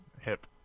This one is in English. Hip